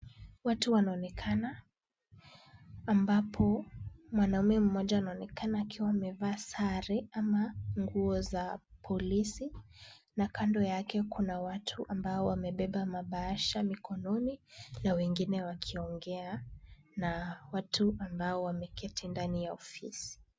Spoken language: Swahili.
Watu wanaonekana ambapo, mwanaume mmoja anaoneka akiwa amevaa sare ama nguo za polisi na kando yake, kuna watu ambao wamebeba mabaasha mikononi na wengine wakiongea na watu ambao wameketi ndani ya ofisi.